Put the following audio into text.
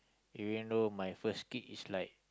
even though my first kid is like